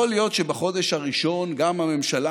יכול להיות שבחודש הראשון גם הממשלה